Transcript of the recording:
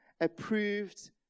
approved